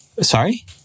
Sorry